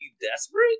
desperate